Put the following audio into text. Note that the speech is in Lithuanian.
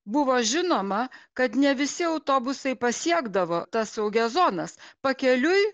buvo žinoma kad ne visi autobusai pasiekdavo tas saugias zonas pakeliui